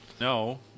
No